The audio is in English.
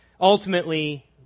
Ultimately